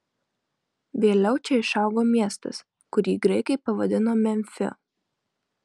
vėliau čia išaugo miestas kurį graikai pavadino memfiu